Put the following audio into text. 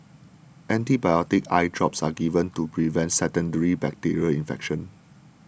antibiotic eye drops are given to prevent secondary bacterial infection